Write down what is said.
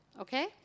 okay